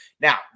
Now